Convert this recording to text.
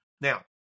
Now